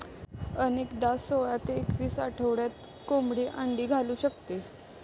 अनेकदा सोळा ते एकवीस आठवड्यात कोंबडी अंडी घालू शकते